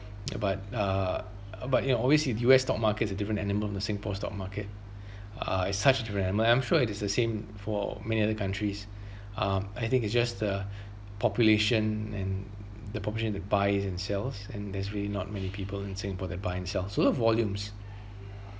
ya but uh but you always say the U_S stock markets is a different animal the singapore stock market uh it's such a different animal I'm sure it is the same for many other countries uh I think it's just the population and the population that buys and sells and there's really not many people in singapore that buys and sells sort of volumes